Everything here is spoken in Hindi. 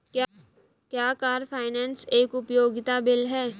क्या कार फाइनेंस एक उपयोगिता बिल है?